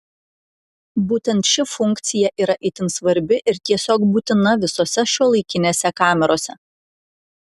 būtent ši funkcija yra itin svarbi ir tiesiog būtina visose šiuolaikinėse kamerose